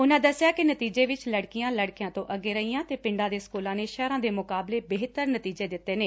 ਉਨੂਾ ਦਸਿਆ ਕਿ ਨਤੀਜੇ ਵਿਚ ਲੜਕੀਆ ਲੜਕਿਆਂ ਤੋਂ ਅੱਗੇ ਰਹੀਆਂ ਤੇ ਪਿੰਡਾ ਦੇ ਸਕੂਲਾ ਨੇ ਸ਼ਹਿਰਾ ਦੇ ਮੁਕਾਬਲੇ ਬਿਹਤਰ ਨਤੀਜੇ ਦਿੱਡੇ ਨੇ